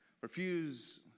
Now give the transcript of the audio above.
refuse